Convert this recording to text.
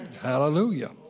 Hallelujah